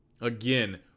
Again